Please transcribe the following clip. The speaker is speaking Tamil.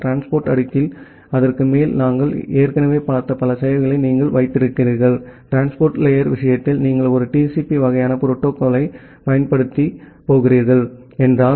டிரான்ஸ்போர்ட் அடுக்கில் அதற்கு மேல் நாங்கள் ஏற்கனவே பார்த்த பல சேவைகளை நீங்கள் வைத்திருக்கிறீர்கள் டிரான்ஸ்போர்ட் லேயர் விஷயத்தில் நீங்கள் ஒரு TCP வகையான புரோட்டோகால்யைப் பயன்படுத்தப் போகிறீர்கள் என்றால்